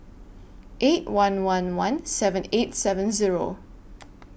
eight one one one seven eight seven Zero